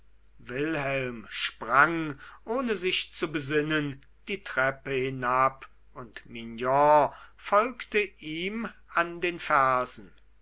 wilhelm sprang ohne sich zu besinnen die treppe hinab und mignon folgte ihm an den fersen